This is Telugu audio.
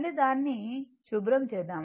అంటే దాన్ని శుభ్రం చేద్దాం